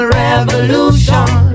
revolution